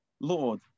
Lord